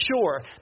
sure